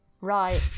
right